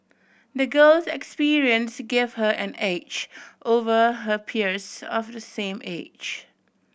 the girl experience gave her an edge over her peers of the same age